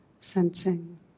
sensing